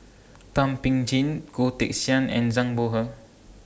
Thum Ping Tjin Goh Teck Sian and Zhang Bohe